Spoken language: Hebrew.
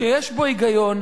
שיש בו היגיון,